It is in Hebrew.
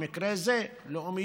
במקרה זה לאומיות,